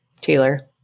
Taylor